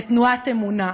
לתנועת "אמונה",